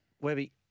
Webby